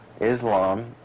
Islam